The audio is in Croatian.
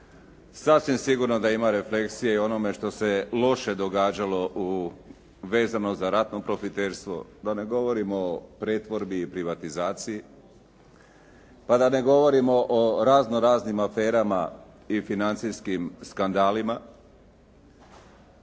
Sasvim sigurno da ima refleksije onome što se loše događalo vezano za ratno profiterstvo, da ne govorimo o pretvorbi i privatizaciji. Pa da ne govorimo o raznoraznim aferama i financijskim skandalima.